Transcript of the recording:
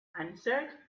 answered